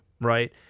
right